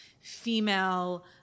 female